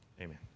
Amen